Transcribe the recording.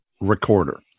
recorder